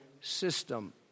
system